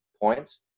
points